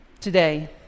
Today